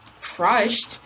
crushed